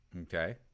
Okay